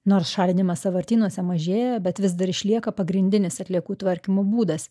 nors šalinimas sąvartynuose mažėja bet vis dar išlieka pagrindinis atliekų tvarkymo būdas